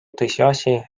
tõsiasi